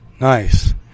Nice